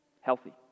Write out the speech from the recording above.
healthy